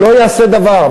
לא יעשה דבר.